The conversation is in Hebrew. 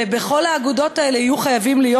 ובכל האגודות האלה יהיו חייבים להיות